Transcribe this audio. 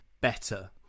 better